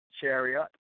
chariot